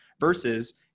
versus